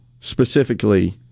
specifically